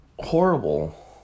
Horrible